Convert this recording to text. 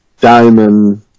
diamond